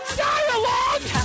dialogue